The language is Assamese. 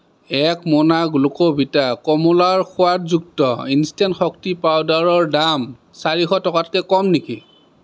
এক মোনা গ্লুকোভিটা কমলাৰ সোৱাদযুক্ত ইনষ্টেণ্ট শক্তি পাউদাৰৰ দাম চাৰিশ টকাতকৈ কম নেকি